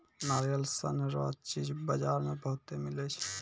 नारियल सन रो चीज बजार मे बहुते मिलै छै